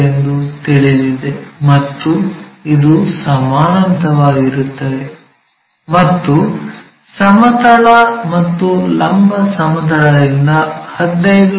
ಎಂದು ತಿಳಿದಿದೆ ಮತ್ತು ಇದು ಸಮಾನಾಂತರವಾಗಿರುತ್ತದೆ ಮತ್ತು ಸಮತಲ ಮತ್ತು ಲಂಬ ಸಮತಲದಿಂದ 15 ಮಿ